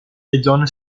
john